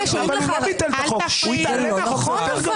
לכן אני גם חתום על החוק הזה,